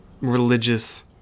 religious